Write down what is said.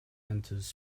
enters